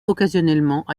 occasionnellement